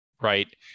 right